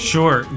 Sure